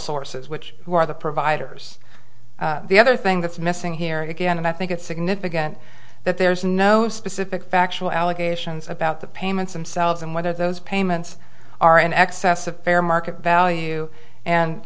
sources which who are the providers the other thing that's missing here again and i think it's significant that there is no specific factual allegations about the payments themselves and whether those payments are in excess of fair market value